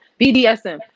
BDSM